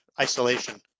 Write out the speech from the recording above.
isolation